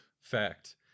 fact